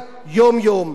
אני תלמיד מצטיין,